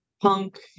punk